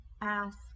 ask